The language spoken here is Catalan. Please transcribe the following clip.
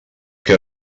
que